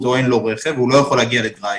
או שאין לו רכב והוא לא יכול להגיע לדרייב-אין,